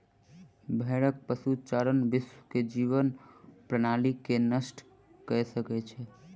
भेड़क पशुचारण विश्व के जीवन प्रणाली के नष्ट कय सकै छै